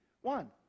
one